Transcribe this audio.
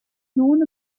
known